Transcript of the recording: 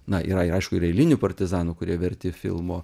na yra ir aišku ir eilinių partizanų kurie verti filmo